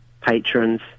patrons